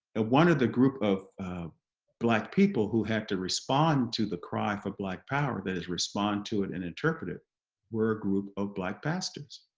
one of the groups of black people who had to respond to the cry for black power that is respond to it and interpret it were a group of black pastors,